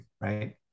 Right